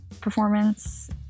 performance